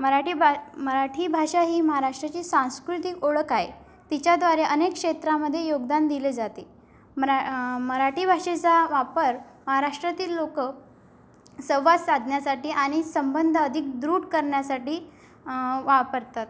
मराठी बा मराठी भाषा ही महाराष्ट्राची सांस्कृतिक ओळख आहे तिच्याद्वारे अनेक क्षेत्रामध्ये योगदान दिले जाते मरा मराठी भाषेचा वापर महाराष्ट्रातील लोकं संवाद साधन्यासाठी आणि संबंध अधिक दृढ करण्यासाठी वापरतात